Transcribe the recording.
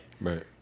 right